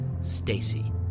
Stacy